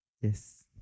Yes